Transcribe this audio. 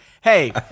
Hey